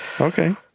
Okay